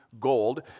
gold